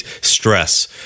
stress